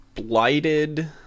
Blighted